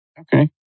Okay